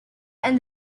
and